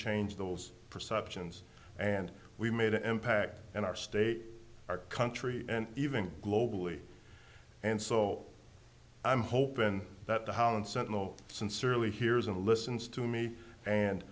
changed those perceptions and we made an impact in our state our country and even globally and so i'm hoping that the how uncertain or sincerely hears and listens to me and